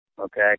Okay